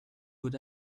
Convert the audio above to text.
good